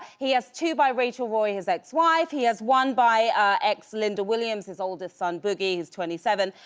he has two by rachel roy, his ex-wife. he has one by ex, linda williams, his oldest son boogie is twenty seven.